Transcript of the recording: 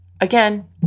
Again